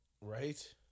Right